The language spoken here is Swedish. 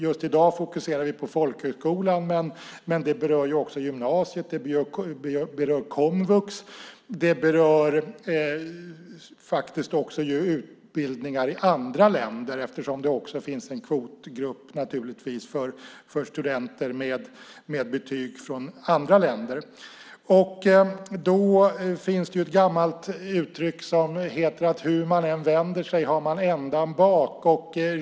Just i dag fokuserade vi på folkhögskolan, men det berör också gymnasiet, komvux och faktiskt också utbildningar i andra länder, eftersom det finns en kvotgrupp för studenter med betyg från andra länder. Det finns ett gammalt uttryck som heter att hur man än vänder sig har man ändan bak.